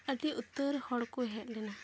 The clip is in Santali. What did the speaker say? ᱟᱹᱰᱤ ᱩᱛᱟᱹᱨ ᱦᱚᱲ ᱠᱚ ᱦᱮᱡ ᱞᱮᱱᱟ